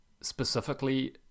specifically